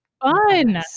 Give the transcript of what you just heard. Fun